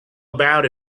about